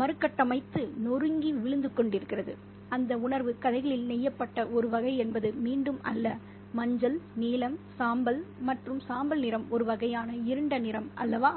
மறுகட்டமைத்து நொறுங்கி விழுந்து கொண்டிருக்கிறது அந்த உணர்வு கதைகளில் நெய்யப்பட்ட ஒரு வகை என்பது மீண்டும் அல்ல மஞ்சள் நீலம் சாம்பல் மற்றும் சாம்பல் நிறம் ஒரு வகையான இருண்ட நிறம் அல்லவா